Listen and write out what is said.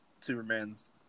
Superman's